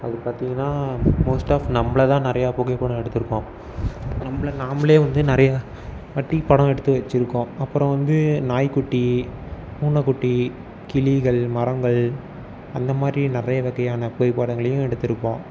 அது பார்த்திங்கனா most of நம்மளதான் நிறையா புகைப்படம் எடுத்திருப்போம் நம்மள நாம்மளே வந்து நிறையா வாட்டி படம் எடுத்து வச்சிருக்கோம் அப்புறம் வந்து நாய்க் குட்டி பூனை குட்டி கிளிகள் மரங்கள் அந்தமாதிரி நிறைய வகையான புகைப்படங்களையும் எடுத்திருப்போம்